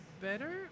Better